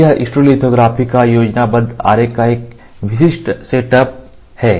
तो यह स्टीरियोलिथोग्राफी का योजनाबद्ध आरेख का एक विशिष्ट सेटअप है